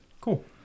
Cool